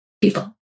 people